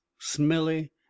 smelly